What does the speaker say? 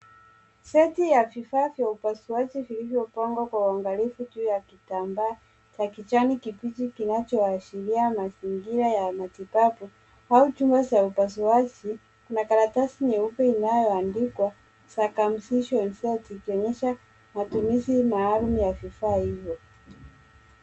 Seti ya vifaa vya upasuaji vilivyopangwa kwa uangalifu juu ya kitambaa cha kijani kibichi kinachoashiria mazingira ya matibabu au chumba cha upasuaji. Kuna karatasi nyeupe inayoandikwa CIRCUMCISION SET ikionyesha matumizi maalum ya vifaa hivyo.